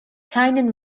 keinen